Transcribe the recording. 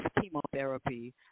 chemotherapy